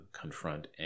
confront